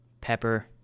pepper